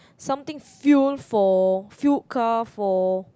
something fuel for fueled car for